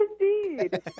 indeed